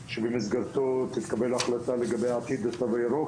שבמסגרתו תתקבל החלטה לגבי עתיד התו הירוק.